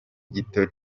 gito